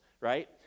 right